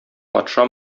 патша